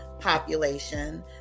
population